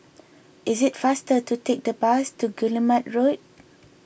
is it faster to take the bus to Guillemard Road